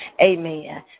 Amen